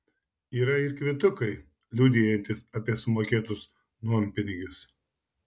yra ir kvitukai liudijantys apie sumokėtus nuompinigius